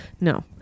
no